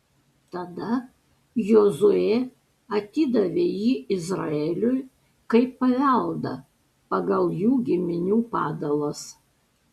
tada jozuė atidavė jį izraeliui kaip paveldą pagal jų giminių padalas